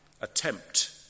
attempt